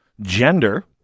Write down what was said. gender